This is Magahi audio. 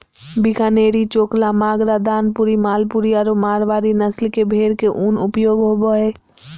बीकानेरी, चोकला, मागरा, दानपुरी, मालपुरी आरो मारवाड़ी नस्ल के भेड़ के उन उपयोग होबा हइ